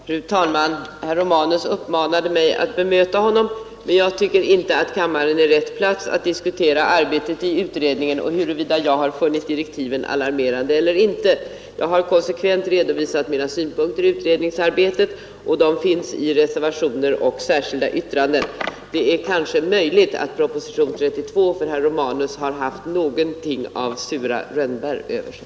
Fru talman! Herr Romanus uppmanade mig att bemöta honom, men jag tycker inte att kammaren är rätt plats att diskutera arbetet inom familjelagssakkunniga och frågan om huruvida jag har funnit direktiven alarmerande eller inte. Jag har konsekvent redovisat mina synpunkter i utredningsarbetet, även i reservationer och särskilda yttranden. Det är möjligt att proposition 32 för herr Romanus har haft någonting av sura rönn bär över sig.